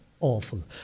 awful